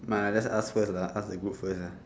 mind just ask first lah ask the group first uh